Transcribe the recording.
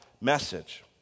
message